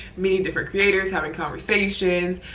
me, different creators having conversations,